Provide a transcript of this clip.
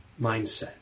mindset